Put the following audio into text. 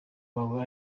wawe